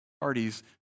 parties